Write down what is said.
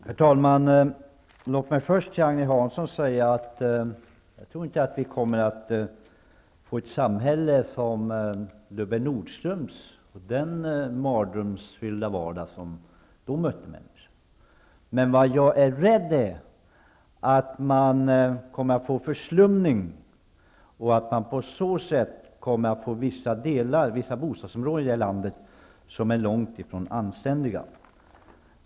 Herr talman! Först vill jag säga till Agne Hansson att jag inte tror att vi kommer att få samma samhälle som Lubbe Nordströms. Det var ju en mardrömsfylld vardag som på den tiden mötte människorna. Jag är dock rädd för att det blir förslumning och att därmed vissa bostadsområden i vårt land kommer att vara långt ifrån anständiga.